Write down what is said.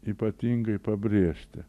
ypatingai pabrėžti